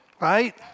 Right